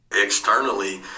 Externally